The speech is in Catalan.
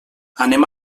anem